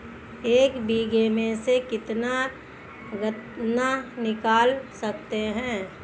एक बीघे में से कितना गन्ना निकाल सकते हैं?